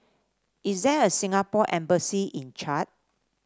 is there a Singapore Embassy in Chad